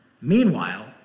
Meanwhile